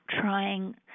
trying